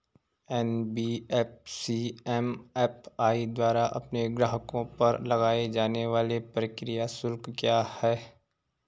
NBFC MFI द्वारा अपने ग्राहकों पर लगाए जाने वाले प्रक्रिया शुल्क क्या क्या हैं?